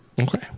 Okay